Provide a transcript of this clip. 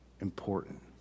important